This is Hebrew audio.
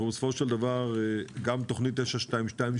בסופו של דבר גם תכנית 922,